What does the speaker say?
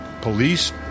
Police